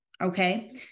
okay